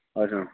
اچھا